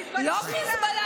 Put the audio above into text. לא החיזבאללה,